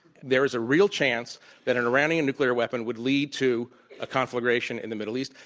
there is a real chance that an iranian nuclear weapon would lead to ah conflagration in the middle east.